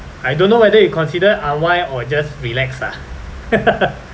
I don't know whether you consider unwind or just relax ah